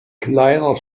kleiner